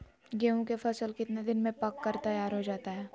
गेंहू के फसल कितने दिन में पक कर तैयार हो जाता है